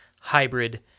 hybrid